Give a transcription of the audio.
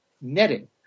netting